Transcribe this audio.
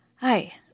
Hi